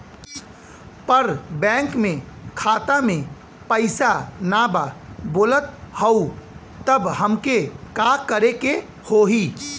पर बैंक मे खाता मे पयीसा ना बा बोलत हउँव तब हमके का करे के होहीं?